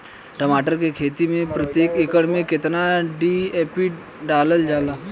टमाटर के खेती मे प्रतेक एकड़ में केतना डी.ए.पी डालल जाला?